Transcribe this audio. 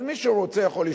אז מי שרוצה יכול,